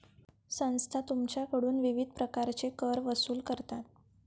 संस्था तुमच्याकडून विविध प्रकारचे कर वसूल करतात